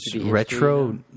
retro